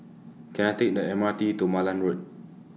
Can I Take The M R T to Malan Road